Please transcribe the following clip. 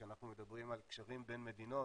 כשאנחנו מדברים על קשרים בין מדינות